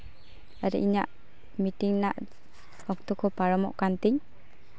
ᱟᱨ ᱤᱧᱟᱹᱜ ᱢᱤᱴᱤᱝ ᱨᱮᱱᱟᱜ ᱚᱠᱛᱚ ᱠᱚ ᱯᱟᱨᱚᱢᱚᱜ ᱠᱟᱱ ᱛᱤᱧ